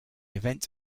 event